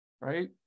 right